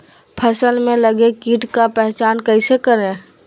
फ़सल में लगे किट का पहचान कैसे करे?